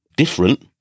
Different